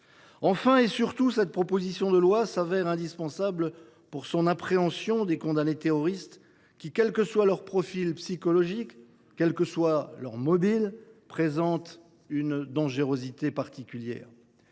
Enfin et surtout, cette proposition de loi est indispensable par son appréhension des condamnés terroristes qui, quels que soient leur profil psychologique ou leurs mobiles, présentent une dangerosité particulière.